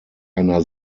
einer